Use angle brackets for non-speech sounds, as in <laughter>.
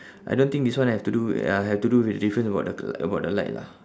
I don't think this one have to do uh have to do with difference about the <noise> about the light lah